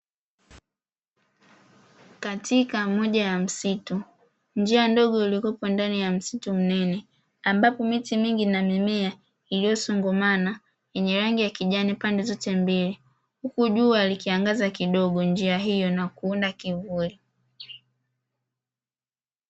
Katika moja ya msitu, njia ndogo iliopo ndani ya msitu mnene, ambapo miti mingi na mimea, iliyo songamana yenye rangi ya kijani pande zote mbili, huku jua likiangaza kidogo njia hio na kuunda kimvuli.